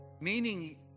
meaning